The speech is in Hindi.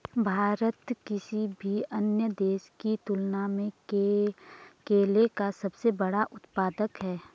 भारत किसी भी अन्य देश की तुलना में केले का सबसे बड़ा उत्पादक है